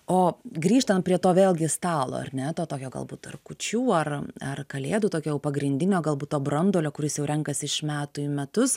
o grįžtant prie to vėlgi stalo ar ne to tokio galbūt ar kučių ar ar kalėdų tokio jau pagrindinio galbūt to branduolio kuris jau renkasi iš metų į metus